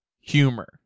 humor